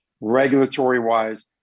regulatory-wise